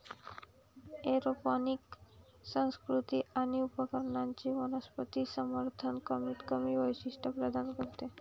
aeroponic संस्कृती आणि उपकरणांचे वनस्पती समर्थन कमीतकमी वैशिष्ट्ये प्रदान करते